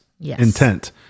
intent